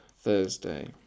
Thursday